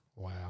wow